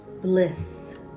Bliss